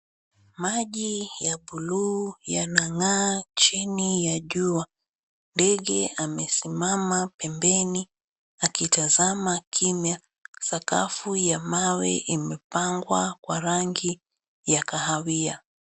Maji ya buluu yanang'aa chini ya jua. Ndege amesimama pembeni akitazama kimya. Sakafu ya mawe imepangwa kwa rangi ya kahawia.